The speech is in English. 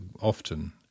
often